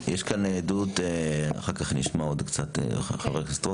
יש כאן עדות, ואחר כך נשמע את חבר הכנסת רוט.